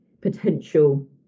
potential